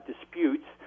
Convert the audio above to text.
disputes